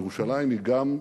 ירושלים היא גם רעיון,